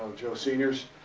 joe senior's,